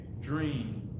dream